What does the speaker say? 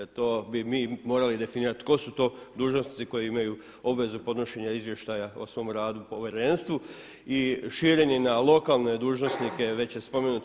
Jer to bi mi morali definirati tko su to dužnosnici koji imaju obvezu podnošenja izvještaja o svom radu povjerenstvu i širenje na lokalne dužnosnike već je spomenuto.